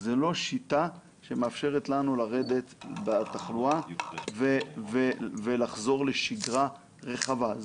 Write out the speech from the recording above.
זה לא שיטה שמאפשרת לנו לרדת בתחלואה ולחזור לשגרה רחבה.